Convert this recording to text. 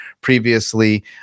previously